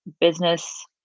business